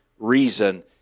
reason